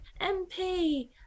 MP